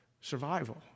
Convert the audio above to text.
survival